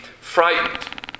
frightened